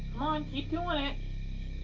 on. keep doing it.